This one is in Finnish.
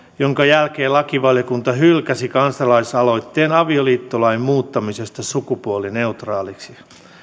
minkä jälkeen lakivaliokunta hylkäsi kansalaisaloitteen avioliittolain muuttamisesta sukupuolineutraaliksi